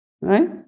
right